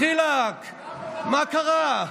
דחילק, מה קרה?